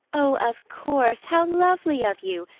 oh, of course how lovely of you!